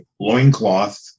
loincloth